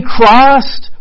Christ